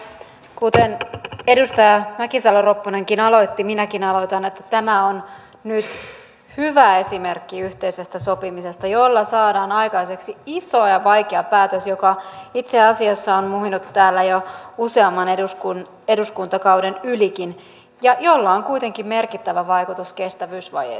kuten edustaja mäkisalo ropponenkin aloitti minäkin aloitan sillä että tämä on nyt hyvä esimerkki yhteisestä sopimisesta jolla saadaan aikaiseksi iso ja vaikea päätös joka itse asiassa on muhinut täällä jo useamman eduskuntakauden ylikin ja jolla on kuitenkin merkittävä vaikutus kestävyysvajeeseen